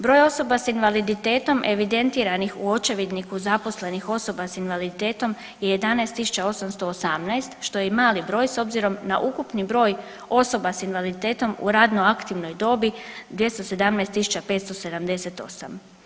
Broj osoba sa invaliditetom evidentiranih u očevidniku zaposlenih osoba sa invaliditetom je 11 818 što je i mali broj s obzirom na ukupni broj osoba sa invaliditetom u radno aktivnoj dobi 217 578.